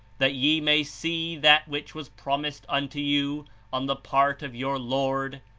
that ye may see that which was promised unto you on the part of your lord,